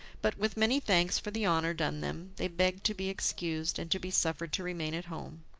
but with many thanks for the honour done them, they begged to be excused, and to be suffered to remain at home.